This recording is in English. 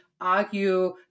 argue